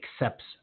accepts